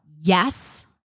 Yes